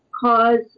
cause